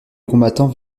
combattants